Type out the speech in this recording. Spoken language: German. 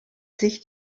sich